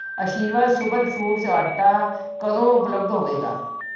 ਆਸ਼ੀਰਵਾਦ super foods ਆਟਾ ਕਦੋਂ ਉਪਲੱਬਧ ਹੋਵੇਗਾ